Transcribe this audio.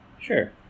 Sure